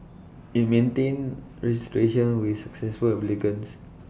IT maintain registration with successful applicants